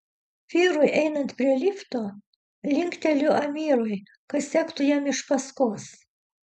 vyrui einant prie lifto linkteliu amirui kad sektų jam iš paskos